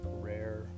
rare